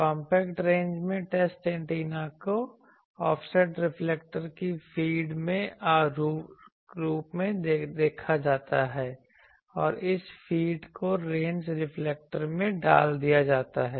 compact range में test antenna को offset reflector की फीड के रूप में रखा जाता है और इस फीड को रेंज रिफ्लेक्टर में डाल दिया जाता है